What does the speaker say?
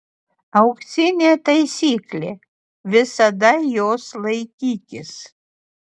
auksinė taisyklė visada jos laikykis